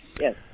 yes